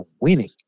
winning